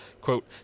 Quote